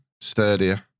sturdier